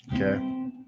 Okay